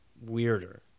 weirder